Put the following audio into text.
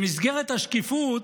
במסגרת השקיפות,